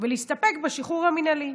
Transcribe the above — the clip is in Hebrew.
ולהסתפק בשחרור המינהלי.